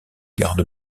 garde